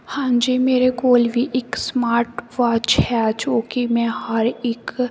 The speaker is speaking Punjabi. ਹਾਂਜੀ ਮੇਰੇ ਕੋਲ ਵੀ ਇੱਕ ਸਮਾਰਟ ਵਾਚ ਹੈ ਜੋ ਕਿ ਮੈਂ ਹਰ ਇੱਕ